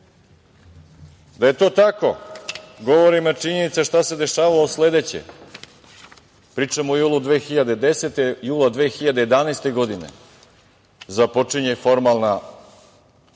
je to tako govorim, a činjenica je šta se dešavalo sledeće. Pričam o julu 2010. godine. Jula 2011. godine započinje formalna